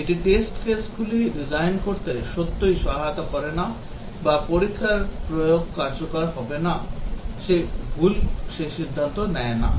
এটি test কেসগুলি design করতে সত্যই সহায়তা করে না বা পরীক্ষার প্রয়োগ কার্যকর হবে কি ভুল সেই সিদ্ধান্ত নেয় না